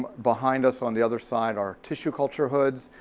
behind us on the other side are tissue culture hoods.